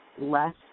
less